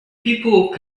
people